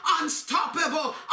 unstoppable